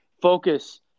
focus